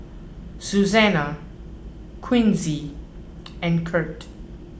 Susana Quincy and Kirt